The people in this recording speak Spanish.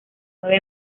nueve